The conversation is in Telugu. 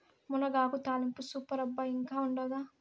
మునగాకు తాలింపు సూపర్ అబ్బా ఇంకా ఉండాదా